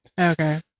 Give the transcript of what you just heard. Okay